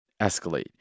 escalate